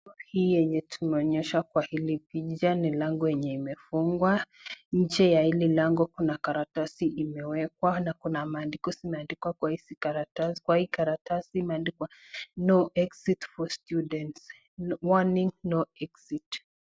Hii yenye tumeonyeshwa kwa hili picha ni lango lenye limefungwa. Nje ya hili lango kuna karatasi imewekwa na kuna maandiko zimeandikwa kwa hii karatasi imeandikwa No exit for students. Warning No Exit